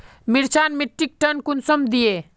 मिर्चान मिट्टीक टन कुंसम दिए?